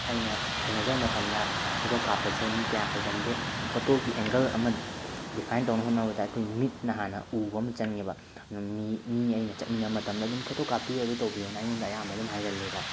ꯑꯩꯅ ꯊꯦꯡꯅꯖꯕ ꯃꯇꯝꯗ ꯐꯣꯇꯣ ꯀꯥꯄꯄꯁꯤ ꯃꯤ ꯀꯌꯥ ꯍꯩꯒꯟꯗꯦ ꯐꯣꯇꯣꯒꯤ ꯑꯦꯡꯒꯜ ꯑꯃ ꯗꯤꯐꯥꯏꯟ ꯇꯧꯅꯕ ꯍꯣꯠꯅꯕꯗ ꯑꯩ ꯃꯤꯠꯅ ꯍꯥꯟꯅ ꯎꯕ ꯑꯃ ꯆꯪꯉꯦꯕ ꯃꯤ ꯑꯩꯅ ꯆꯠꯃꯤꯟꯅꯕ ꯃꯇꯝꯗ ꯑꯗꯨꯝ ꯐꯣꯇꯣ ꯀꯥꯞꯄꯤꯌꯣ ꯑꯗꯨ ꯇꯧꯕꯤꯌꯣꯅ ꯑꯩꯉꯣꯟꯗ ꯑꯌꯥꯝꯕ ꯑꯗꯨꯝ ꯍꯥꯏꯒꯜꯂꯤꯀꯣ